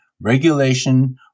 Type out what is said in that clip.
regulation